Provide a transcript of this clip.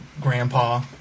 grandpa